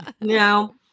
No